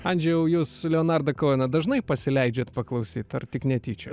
andžejau jūs leonardą koeną dažnai pasileidžiat paklausyt ar tik netyčia